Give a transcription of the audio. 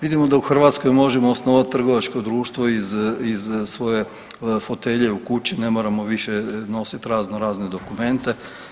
Vidimo da u Hrvatskoj možemo osnovati trgovačko društvo iz svoje fotelje u kući, ne moramo više nositi razno razne dokumente.